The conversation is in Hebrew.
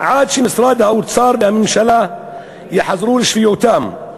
עד שמשרד האוצר והממשלה יחזרו לשפיותם.